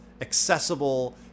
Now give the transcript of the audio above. accessible